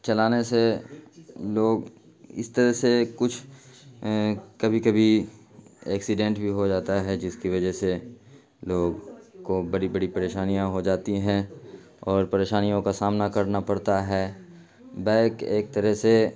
چلانے سے لوگ اس طرح سے کچھ کبھی کبھی ایکسیڈینٹ بھی ہو جاتا ہے جس کی وجہ سے لوگ کو بڑی بڑی پڑیشانیاں ہو جاتی ہیں اور پریشانیوں کا سامنا کرنا پڑتا ہے بائک ایک طرح سے